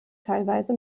teilweise